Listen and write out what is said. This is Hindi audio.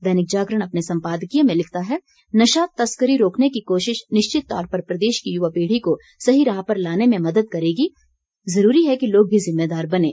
दैनिक जागरण अपने सम्पादकीय में लिखता है नशा तस्करी रोकने की कोशिश निश्चित तौर पर प्रदेश की युवा पीढ़ी को सही राह पर लाने में मदद करेगी जरूरी है कि लोग भी जिम्मेदार बनें